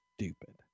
stupid